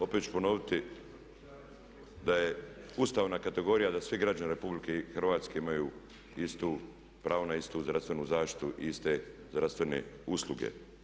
Opet ću ponoviti da je ustavna kategorija da svi građani RH imaju istu, pravo na istu zdravstvenu zaštitu, iste zdravstvene usluge.